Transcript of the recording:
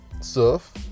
surf